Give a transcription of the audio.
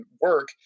work